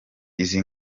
izi